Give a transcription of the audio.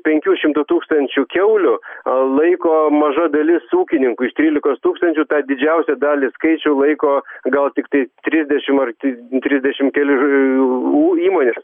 penkių šimtų tūkstančių kiaulių laiko maža dalis ūkininkų iš trylikos tūkstančių tą didžiausią dalį skaičių laiko gal tiktai trisdešimt ar tai trisdešimt keli ir įmonės